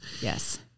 Yes